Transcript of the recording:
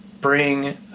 bring